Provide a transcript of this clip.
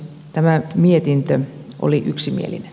tämä mietintö oli yksimielinen